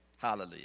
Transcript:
Hallelujah